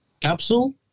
capsule